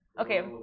Okay